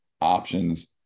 options